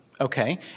Okay